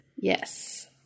Yes